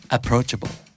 Approachable